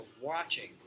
watching